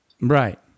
Right